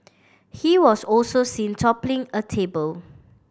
he was also seen toppling a table